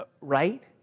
right